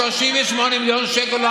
38 מיליון שקל,